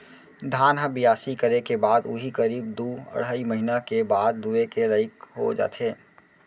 धान ह बियासी करे के बाद उही करीब दू अढ़ाई महिना के बाद लुए के लाइक हो जाथे